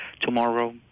tomorrow